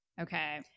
okay